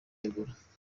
yegura